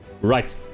Right